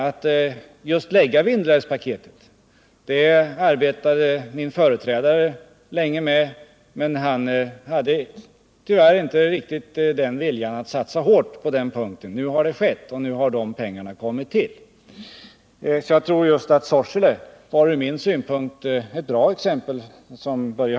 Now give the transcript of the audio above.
Min företrädare arbetade länge med denna fråga, men han hade tyvärr inte någon vilja att satsa hårt på den här punkten. Nu har det skett och medel har anslagits. Jag tror därför att Sorsele från min synpunkt var ett bra exempel. Herr talman!